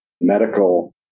medical